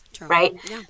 right